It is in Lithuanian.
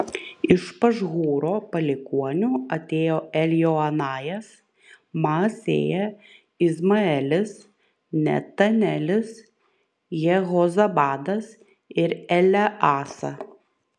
iš pašhūro palikuonių atėjo eljoenajas maasėja izmaelis netanelis jehozabadas ir eleasa